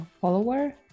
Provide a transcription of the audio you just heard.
follower